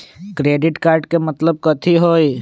Credit card के मतलब कथी होई?